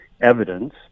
evidence